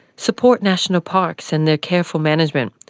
support national parks and their careful management,